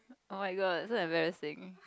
oh-my-god so embarrassing